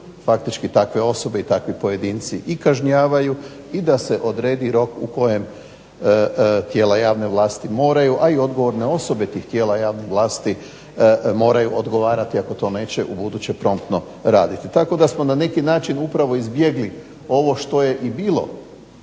faktički takve osobe i takvi pojedinci i kažnjavaju i da se odredi rok u kojem tijela javne vlasti moraju, a i odgovorne osobe tih tijela javne vlasti moraju odgovarati ako to neće ubuduće promptno raditi. Tako da smo na neki način upravo izbjegli ovo što je i bilo,